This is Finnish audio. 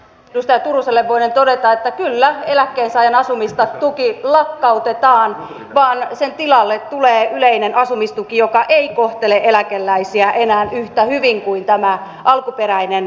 edustaja turuselle voinen todeta että kyllä eläkkeensaajan asumistuki lakkautetaan vaan sen tilalle tulee yleinen asumistuki joka ei kohtele eläkeläisiä enää yhtä hyvin kuin tämä alkuperäinen asumistuki